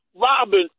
Robin